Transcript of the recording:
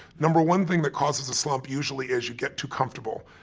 number one thing that causes a slump usually is you get too comfortable.